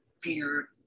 fear